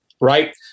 right